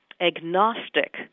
agnostic